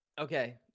okay